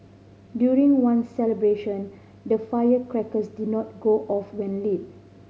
during one celebration the firecrackers did not go off when lit